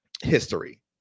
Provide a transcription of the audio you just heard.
history